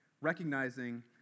recognizing